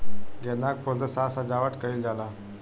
गेंदा के फूल से साज सज्जावट कईल जाला